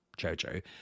Jojo